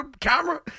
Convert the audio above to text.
camera